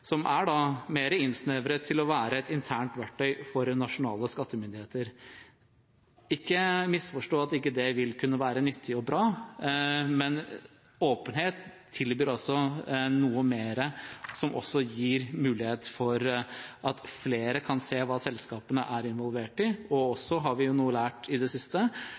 som er mer innsnevret til å være et internt verktøy for nasjonale skattemyndigheter. Ikke misforstå det slik at ikke det vil kunne være nyttig og bra, men åpenhet tilbyr noe mere som også gir mulighet for at flere kan se hva selskapene er involverte i, og også ‒ har vi lært i det siste